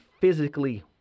physically